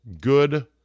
Good